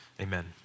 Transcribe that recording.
Amen